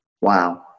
Wow